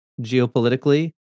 geopolitically